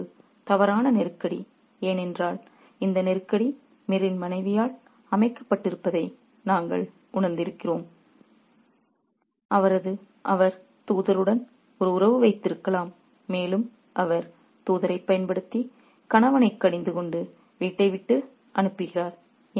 இது ஒரு தவறான நெருக்கடி ஏனென்றால் இந்த நெருக்கடி மீரின் மனைவியால் அமைக்கப்பட்டிருப்பதை நாங்கள் உணர்ந்திருக்கிறோம் அவர் தூதருடன் ஒரு உறவு வைத்திருக்கலாம் மேலும் அவர் தூதரைப் பயன்படுத்தி கணவனைக் கடிந்துகொண்டு வீட்டை விட்டு அனுப்புகிறார்